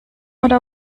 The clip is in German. oder